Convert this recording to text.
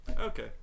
Okay